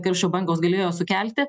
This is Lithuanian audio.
karščio bangos galėjo sukelti